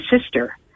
sister